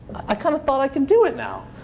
i kind of thought i can do it now.